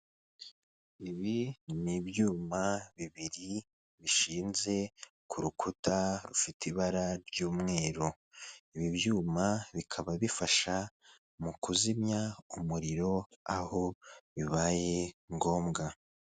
Ibi ni ibyuma bibiri bishinze ku rukuta rufite ibara ry'umweru ibi byuma bikaba bifasha mu kuzimya umuriro aho bibaye ngombwa.